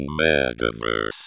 Metaverse